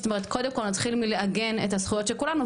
זאת אומרת קודם כל להתחיל מלעגן את הזכויות של כולנו,